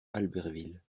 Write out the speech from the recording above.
albertville